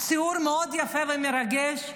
ציור מאוד יפה ומרגש,